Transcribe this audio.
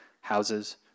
houses